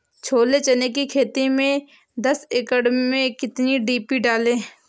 छोले चने की खेती में दस एकड़ में कितनी डी.पी डालें?